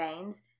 veins